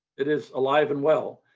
it is alive and well.